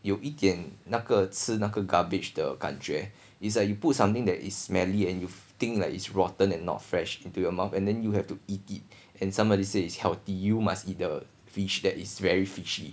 有一点那个吃那个 garbage 的感觉 is like you put something that is smelly and you think like is rotten and not fresh into your mouth and then you have to eat it and somebody say it's healthy you must eat the fish that is very fishy